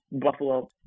Buffalo